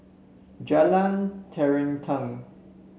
Jalan Terentang